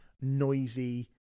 noisy